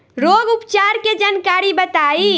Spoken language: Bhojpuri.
रोग उपचार के जानकारी बताई?